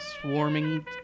Swarming